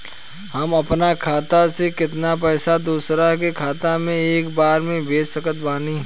हम अपना खाता से केतना पैसा दोसरा के खाता मे एक बार मे भेज सकत बानी?